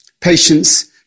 Patience